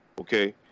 okay